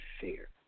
fear